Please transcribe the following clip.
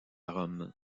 rome